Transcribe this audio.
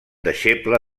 deixeble